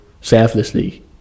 selflessly